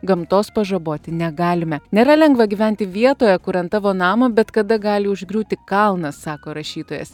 gamtos pažaboti negalime nėra lengva gyventi vietoje kur ant tavo namo bet kada gali užgriūti kalnas sako rašytojas